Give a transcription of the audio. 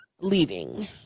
leading